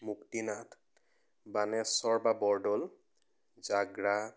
মুক্তিনাথ বাণেশ্বৰ বা বৰদৌল জাগ্ৰা